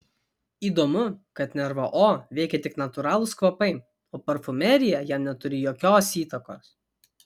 įdomu kad nervą o veikia tik natūralūs kvapai o parfumerija jam neturi jokios įtakos